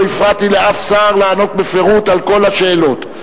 לא הפרעתי לשום שר לענות בפירוט על כל השאלות.